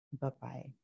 Bye-bye